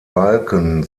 balken